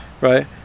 right